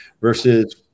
Versus